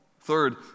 Third